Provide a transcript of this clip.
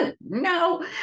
No